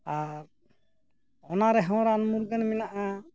ᱟᱨ ᱚᱱᱟ ᱨᱮᱦᱚᱸ ᱨᱟᱱ ᱢᱩᱨᱜᱟᱹᱱ ᱢᱮᱱᱟᱜᱼᱟ